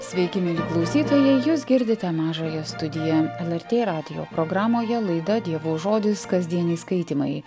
sveiki mieli klausytojai jūs girdite mažąją studiją el er tė radijo programoje laida dievo žodis kasdieniai skaitymai